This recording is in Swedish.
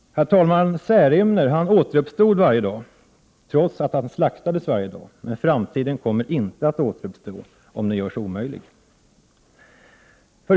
Särimner återuppstod, trots att han slakta des varje dag. Men framtiden kommer inte att återuppstå om den görs omöjlig.